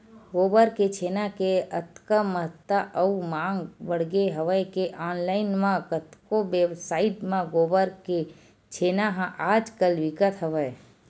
गोबर के छेना के अतका महत्ता अउ मांग बड़गे हवय के ऑनलाइन म कतको वेबसाइड म गोबर के छेना ह आज कल बिकत हवय